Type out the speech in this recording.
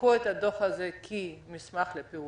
ייקחו את הדוח הזה כמסמך לפעולה,